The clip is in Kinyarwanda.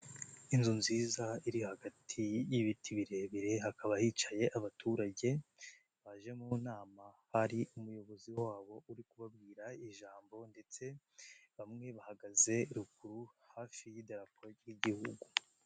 Inzu nziza iri hagati y'ibiti birebire hakaba hicaye abaturage baje mu nama hari umuyobozi wabo uri kubabwira ijambo ndetse bamwe bahagaze ruguru hafi y'idapuro ry'igihugu.